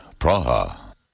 Praha